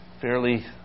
fairly